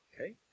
Okay